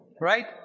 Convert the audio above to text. Right